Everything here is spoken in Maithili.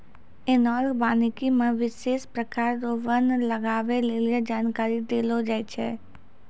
एनालाँक वानिकी मे विशेष प्रकार रो वन लगबै लेली जानकारी देलो जाय छै